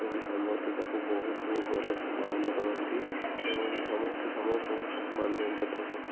ତ ଏଠି ସମସ୍ତେ ତାକୁ ବହୁତୁ ଭଲସେ ପାଳନ କରନ୍ତି ଏବଂ ସମସ୍ତେ ସମସ୍ତଙ୍କୁ ସମ୍ମାନ ଦିଅନ୍ତି ଯଥା ସ